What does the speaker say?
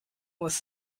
was